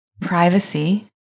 Privacy